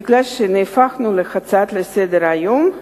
מפני שהנושא הפך להצעה לסדר-היום,